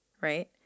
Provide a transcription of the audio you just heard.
right